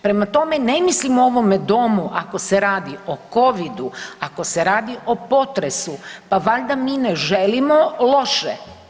Prema tome, ne mislim o ovome domu ako se radi o COVID-u, ako se radi o potresu, pa valja mi ne želimo loše.